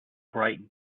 bright